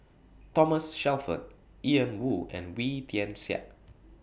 Thomas Shelford Ian Woo and Wee Tian Siak